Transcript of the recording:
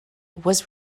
was